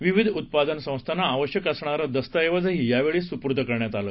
विविध उत्पादन संस्थांना आवश्यक असणारे दस्तऐवजही यावेळी सुपूर्द करण्यात आले